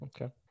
okay